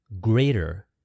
greater